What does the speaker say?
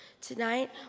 Tonight